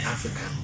Africa